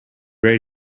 ready